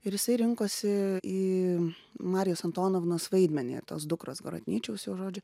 ir jisai rinkosi į marijos antonovnos vaidmenį tos dukros horodnyčiaus jau žodžiu